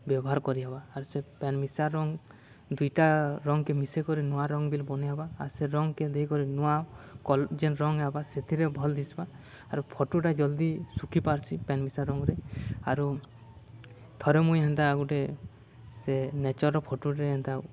ବ୍ୟବହାର୍ କରିହେବା ଆର୍ ସେ ପେନ୍ ମିିଶା ରଙ୍ଗ୍ ଦୁଇଟା ରଙ୍ଗ୍କେ ମିଶେଇ କରି ନୂଆ ରଙ୍ଗ୍ ବିଲ୍ ବନେଇ ହେବା ଆର୍ ସେ ରଙ୍ଗ୍କେ ଦେଇକରି ନୂଆ କଲର୍ ଯେନ୍ ରଙ୍ଗ୍ ହେବା ସେଥିରେ ଭଲ୍ ଦିସ୍ବା ଆର୍ ଫଟୋଟା ଜଲ୍ଦି ଶୁଖିପାର୍ସି ପେନ୍ ମିିଶା ରଙ୍ଗ୍ରେ ଆରୁ ଥରେ ମୁଇଁ ହେନ୍ତା ଗୁଟେ ସେ ନେଚର୍ ଫଟୋଟେ ହେନ୍ତା